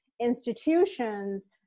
institutions